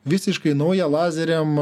visiškai naują lazeriam